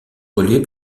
reliés